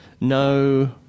no